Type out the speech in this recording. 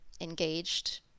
engaged